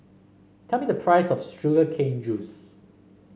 tell me the price of Sugar Cane Juice